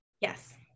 Yes